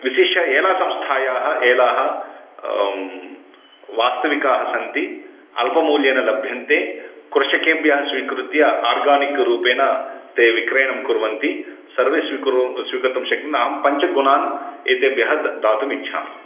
विशिष्य एलसंस्थायाः एलाः वास्तविकाः सन्ति अल्पमूल्येन लभ्यन्ते कृषकेभ्यः स्वीकृत्य आर्गानिक् रूपेण ते विक्रयणं कुर्वन्ति सर्वे स्वीकुरु स्वीकुर्तुं शक्नु अहं पञ्चगुणान् एतेभ्यः दातुम् इच्छामि